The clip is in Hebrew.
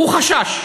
הוא חשש.